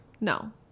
no